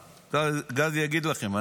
גדי יגיד לכם,